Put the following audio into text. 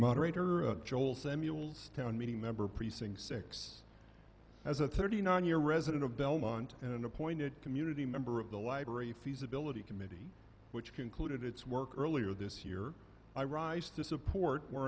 moderator joel samuels town meeting member precinct six as a thirty nine year resident of belmont and an appointed community member of the library feasibility committee which concluded its work earlier this year i rise to support we're